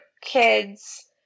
kids